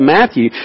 Matthew